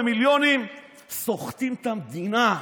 במיליונים סוחטים את המדינה.